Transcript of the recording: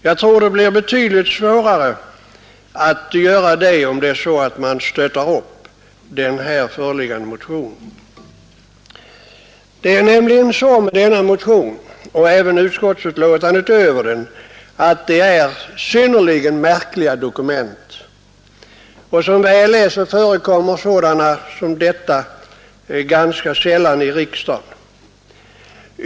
Jag tror det blir betydligt svårare att göra det om man stöttar upp den här föreliggande motionen. Denna motion och även utskottsbetänkandet över den är nämligen synnerligen märkliga dokument. Som väl är förekommer sådant som detta ganska sällan i riksdagen.